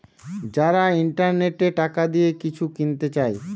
যারা ইন্টারনেটে টাকা দিয়ে কিছু কিনতে চায়